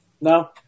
No